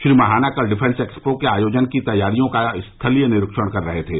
श्री महाना कल defence expo के आयोजन की तैयारियों का स्थलीय निरीक्षण कर रहे थे